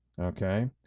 okay